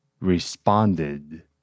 responded